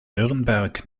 nürnberg